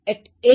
00 a